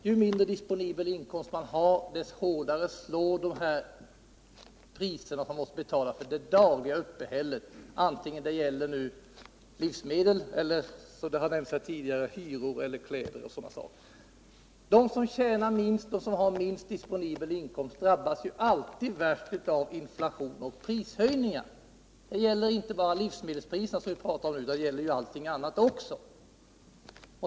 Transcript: Ju mindre disponibel inkomst man har, desto hårdare slår priserna som man måste betala för det dagliga uppehället, vare sig det nu gäller livsmedel eller hyror, kläder och sådana saker. De som tjänar minst och har minst disponibel inkomst drabbas alltid värst av inflation och prishöjningar. Det gäller inte bara livsmedelspriserna som vi talar om nu, utan det gäller också allting annat.